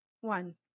One